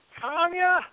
Tanya